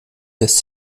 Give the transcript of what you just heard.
lässt